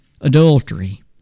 Adultery